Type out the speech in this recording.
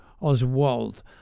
Oswald